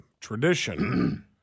Tradition